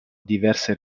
diverse